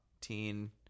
teen